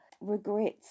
regrets